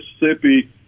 Mississippi